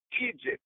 Egypt